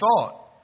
thought